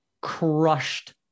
crushed